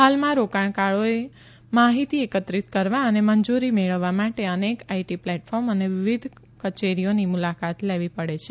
હાલમાં રોકાણકારોએ માહિતી એકત્રિત કરવા અને મંજૂરી મેળવવા માટે અનેક આઇટી પ્લેટફોર્મ અને વિવિધ કચેરીઓની મુલાકાત લેવી પડે છે